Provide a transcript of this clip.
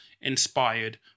inspired